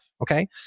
okay